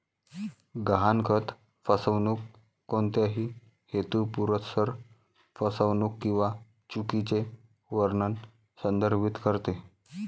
गहाणखत फसवणूक कोणत्याही हेतुपुरस्सर फसवणूक किंवा चुकीचे वर्णन संदर्भित करते